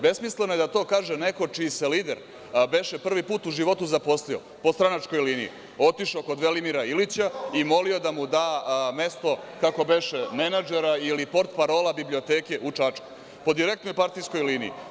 Besmisleno je da to kaže neko čiji se lider beše prvi put u životu zaposlio po stranačkoj liniji, otišao kod Velimira Ilića i molio da mu da mesto, kako beše, menadžera ili portparola biblioteke u Čačku, po direktnoj partijskoj liniji.